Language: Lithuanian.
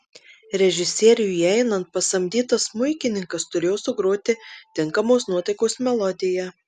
režisieriui įeinant pasamdytas smuikininkas turėjo sugroti tinkamos nuotaikos melodiją